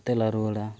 ᱛᱮᱞᱟ ᱨᱩᱣᱟᱹᱲᱟ